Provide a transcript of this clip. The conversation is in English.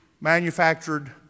manufactured